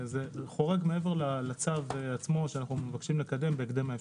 זה חורג מעבר לצו עצמו שאנו מבקשים לקדם מהר ככל האפשר.